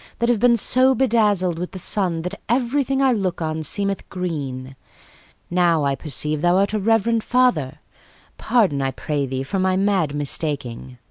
that have been so bedazzled with the sun that everything i look on seemeth green now i perceive thou art a reverend father pardon, i pray thee, for my mad mistaking.